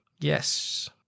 Yes